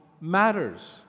matters